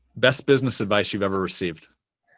best business advice you've ever received.